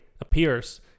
appears